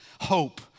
hope